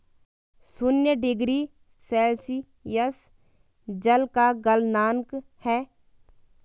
शून्य degree Celsius जल का गलनांक है